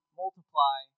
multiply